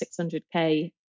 600k